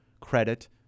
credit